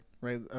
right